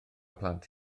plant